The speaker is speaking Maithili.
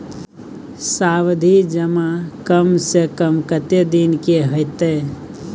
सावधि जमा कम से कम कत्ते दिन के हते?